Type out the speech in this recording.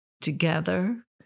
together